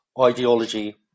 ideology